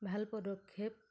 ভাল পদক্ষেপ